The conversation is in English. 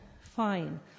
fine